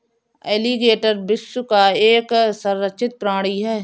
alligator विश्व का एक संरक्षित प्राणी है